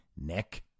Nick